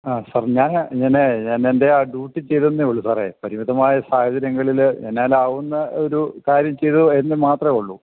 ആ സാർ ഞാന് ഞാന് ഞാനെൻ്റെ ആ ഡ്യൂട്ടി ചെയ്തെന്നേ ഉള്ളൂ സാറേ പരിമിതമായ സാഹചര്യങ്ങളില് എന്നാൽ ആവുന്ന ഒരു കാര്യം ചെയ്തു എന്നു മാത്രമേ ഉള്ളൂ